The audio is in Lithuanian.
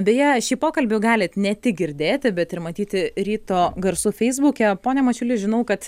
beje šį pokalbį galit ne tik girdėti bet ir matyti ryto garsų feisbuke pone mačiuli žinau kad